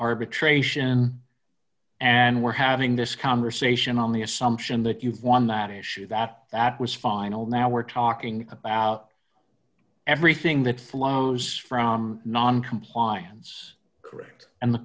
arbitration and we're having this conversation on the assumption that you've won that issue that that was final now we're talking about everything that flows from noncompliance correct and the